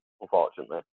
unfortunately